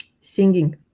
Singing